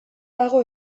dago